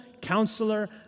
Counselor